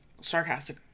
sarcastic